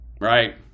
Right